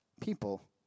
people